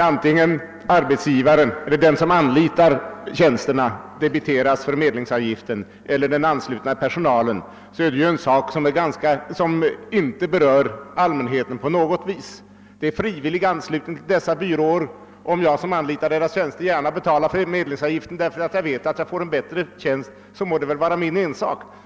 Antingen nu arbetsgivaren eller den som anlitar hans tjänster debiteras förmedlingsavgifterna eller om det är den till byråerna :anslutna personalen, är det en sak som inte berör allmänheten på något vis. Det är en frivillig anslutning till dessa byråer. Om jag anlitar deras tjänster och gärna betalar förmedlingsavgiften därför att jag vet att jag får ett bra arbete utfört, så må det vara min ensak.